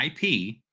IP